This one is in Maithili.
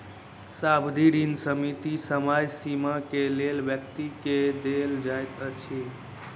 सावधि ऋण सीमित समय सीमा के लेल व्यक्ति के देल जाइत अछि